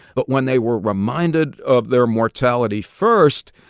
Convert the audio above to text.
but when they were reminded of their mortality first,